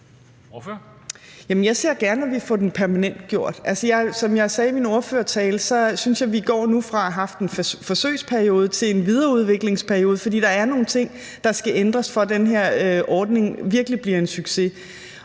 jeg ser gerne, at vi får den permanentgjort. Som jeg sagde i min ordførertale, synes jeg, at vi nu går fra at have haft en forsøgsperiode til en videreudviklingsperiode, for der er nogle ting, der skal ændres, for at den her ordning virkelig bliver til en succes.